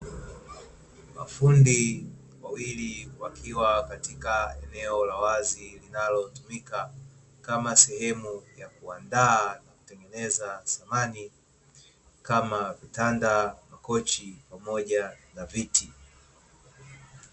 Mafundi wawili wakiwa katika eneo la wazi, linalotumika kama sehemu ya kuandaa na kutengeneza samani kama: vitanda, makochi, pamoja na viti.